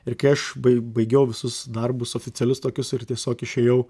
ir kai aš bai baigiau visus darbus oficialius tokius ir tiesiog išėjau